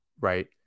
right